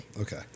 Okay